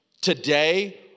Today